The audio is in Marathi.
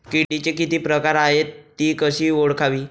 किडीचे किती प्रकार आहेत? ति कशी ओळखावी?